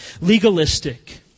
Legalistic